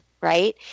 right